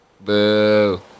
Boo